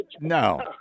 No